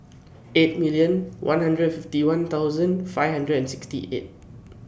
eight million one hundred and fifty one thousand five hundred and sixty eight